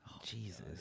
Jesus